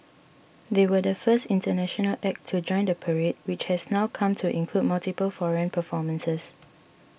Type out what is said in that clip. they were the first international act to join the parade which has now come to include multiple foreign performances